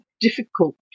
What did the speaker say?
difficult